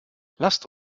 lasst